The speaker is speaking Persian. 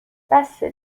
بسه